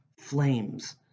flames